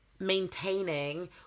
maintaining